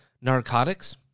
narcotics